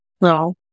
No